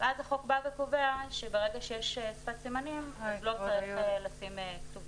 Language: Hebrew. ואז החוק בא וקובע שברגע שיש שפת סימנים לא צריך לשים כתוביות.